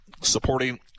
supporting